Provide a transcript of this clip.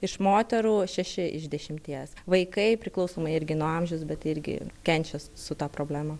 iš moterų šeši iš dešimties vaikai priklausomai irgi nuo amžiaus bet irgi kenčia su ta problema